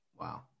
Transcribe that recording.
wow